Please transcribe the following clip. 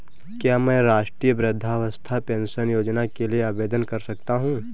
क्या मैं राष्ट्रीय वृद्धावस्था पेंशन योजना के लिए आवेदन कर सकता हूँ?